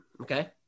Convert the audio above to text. Okay